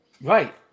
right